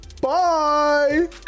Bye